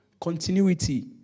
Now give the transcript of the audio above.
Continuity